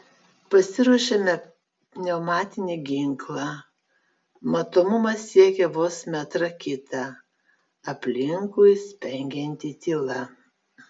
pasiruošiame pneumatinį ginklą matomumas siekia vos metrą kitą aplinkui spengianti tyla